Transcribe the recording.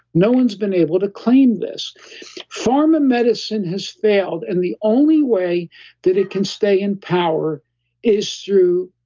no one's been able to claim this pharma medicine has failed, and the only way that it can stay in power is through